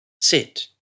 sit